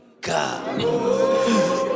God